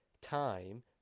time